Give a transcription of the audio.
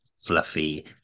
fluffy